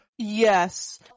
Yes